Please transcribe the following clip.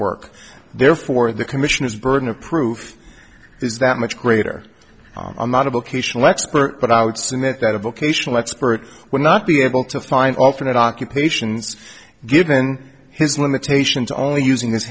work therefore the commission is burden of proof is that much greater amount of locational expert but i would submit that a vocational expert would not be able to find alternate occupations given his limitations only using his